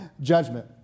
judgment